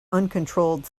uncontrolled